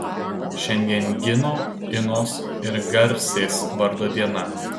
šiandien gino inos ir garsės vardo diena